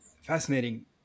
fascinating